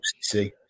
see